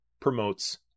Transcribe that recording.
promotes